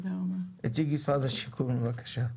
נציג משרד השיכון בבקשה.